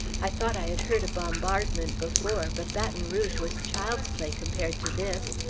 i thought i had heard a bombardment before but baton rouge was child's play compared to this.